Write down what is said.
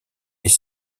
est